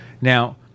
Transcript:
Now